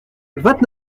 vingt